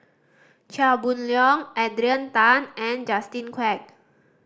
Chia Boon Leong Adrian Tan and Justin Quek